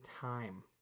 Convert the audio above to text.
time